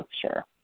sure